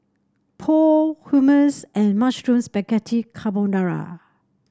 Pho Hummus and Mushroom Spaghetti Carbonara